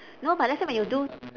no but let's say when you do